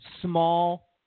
small